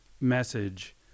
message